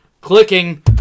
clicking